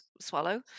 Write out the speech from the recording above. swallow